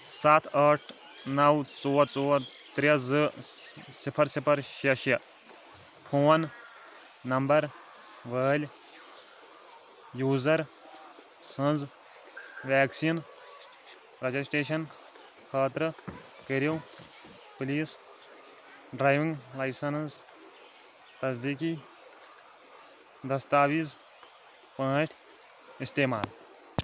سَتھ ٲٹھ نو ژور ژور ترٛےٚ زٕ صِفر صِفر شےٚ شےٚ فون نمبر وٲلۍ یوزر سٕنٛز ویکسیٖن رجسٹریشن خٲطرٕ کٔرِو پلیٖز ڈرٛایوِنٛگ لایسَنس تصدیٖقی دستاویز پٲٹھۍ استعمال